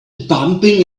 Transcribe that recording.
bumping